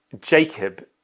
Jacob